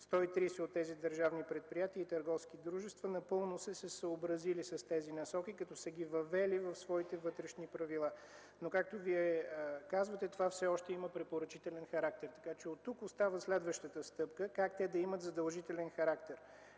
130 от тези държавни предприятия и търговски дружества напълно са се съобразили с тези насоки, като са ги въвели в своите вътрешни правила, но както Вие казвате – това все още има препоръчителен характер. Оттук идва следващата стъпка: как те да имат задължителен характер?